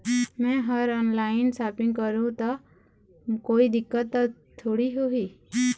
मैं हर online shopping करू ता कोई दिक्कत त थोड़ी होही?